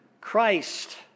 Christ